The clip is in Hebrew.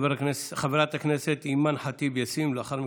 חברת הכנסת אימאן ח'טיב יאסין, ולאחר מכן,